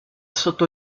sotto